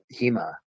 Hema